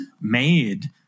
made